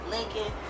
Lincoln